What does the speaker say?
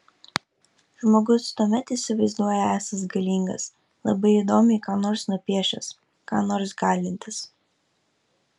žmogus tuomet įsivaizduoja esąs galingas labai įdomiai ką nors nupiešęs ką nors galintis